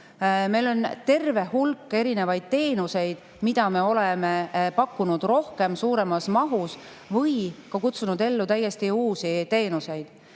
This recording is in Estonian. Meil on terve hulk erinevaid teenuseid, mida me oleme pakkunud rohkem, suuremas mahus, oleme ka kutsunud ellu täiesti uusi teenuseid.